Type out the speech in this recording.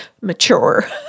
mature